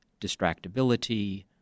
distractibility